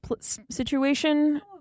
situation